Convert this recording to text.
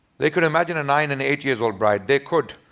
they could imagine a nine and eight years old bride. they could.